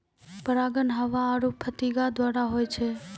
परागण हवा आरु फतीगा द्वारा होय छै